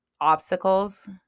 obstacles